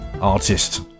artist